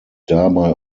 dabei